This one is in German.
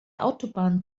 autobahn